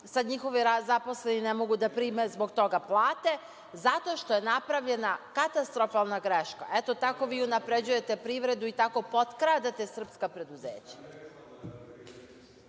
Sada njihovi zaposleni ne mogu da prime zbog toga plate, zato što je napravljena katastrofalna greška. Tako vi unapređujete privredu i tako potkradate srpska preduzeća.